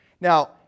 Now